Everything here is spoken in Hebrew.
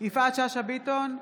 יפעת שאשא ביטון,